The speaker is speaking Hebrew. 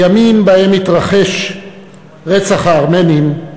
בימים שבהם התרחש רצח הארמנים,